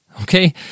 okay